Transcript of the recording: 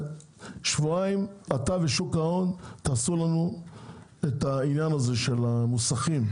שבועיים אתה ושוק ההון תעשו לנו את העניין הזה של המוסכים,